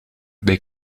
dei